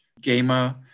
gamer